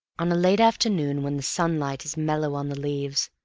on a late afternoon, when the sunlight is mellow on the leaves,